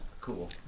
cool